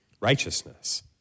righteousness